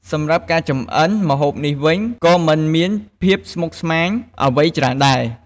សម្រាប់ការចម្អិន ម្ហូបនេះវិញក៏មិនមានភាពស្មុគស្មាញអ្វីច្រើនដែរ។